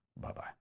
Bye-bye